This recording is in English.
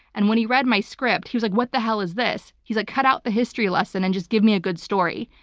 and when he read my script he was like, what the hell is this? he's like, cut out the history lesson and just give me a good story.